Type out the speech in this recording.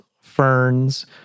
ferns